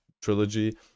trilogy